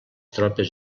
tropes